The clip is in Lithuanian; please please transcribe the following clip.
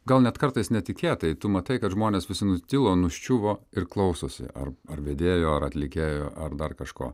gal net kartais netikėtai tu matai kad žmonės visi nutilo nuščiuvo ir klausosi ar ar vedėjo ar atlikėjo ar dar kažko